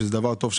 שזה דבר טוב,